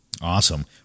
Awesome